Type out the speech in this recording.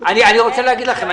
אני רוצה להגיד לכם,